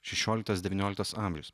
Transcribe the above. šešioliktas devynioliktas amžius